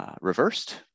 reversed